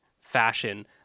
fashion